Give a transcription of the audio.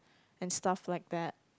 and stuff like that